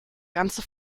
ganze